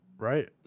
Right